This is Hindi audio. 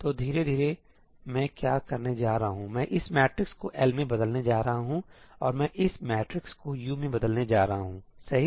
तो धीरे धीरे मैं क्या करने जा रहा हूं मैं इस मैट्रिक्स को L में बदलने जा रहा हूं और मैं इस मैट्रिक्स को U में बदलने जा रहा हूं सही